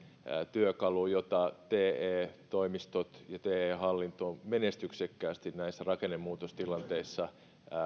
työkalu jota te toimistot ja te hallinto ovat menestyksekkäästi näissä rakennemuutostilanteissa